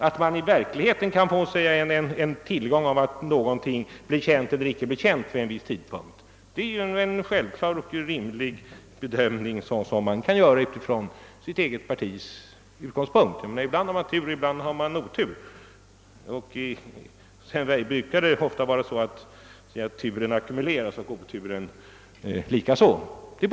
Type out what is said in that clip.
Att det registreras som en fördel att någonting blir känt eller icke känt vid en viss tidpunkt är rimligt ur ett partis synpunkt. Ibland har man tur och ibland otur — ofta är det dessutom så att turen och oturen ackumuleras.